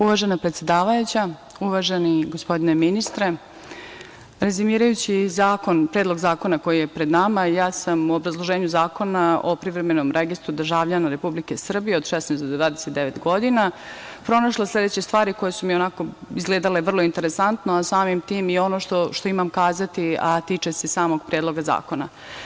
Uvažena predsedavajuća, uvaženi gospodine ministre, rezimirajući Predlog zakona koji je pred nama ja sam u obrazloženju Zakona o privremenom registru državljana Republike Srbije od 16 do 29 godina pronašla sledeće stvari koje su mi izgledale vrlo interesantno, a samim tim i ono što ima kazati a tiče se samog Predloga zakona.